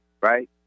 right